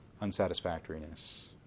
unsatisfactoriness